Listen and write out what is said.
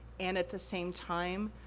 and at the same time,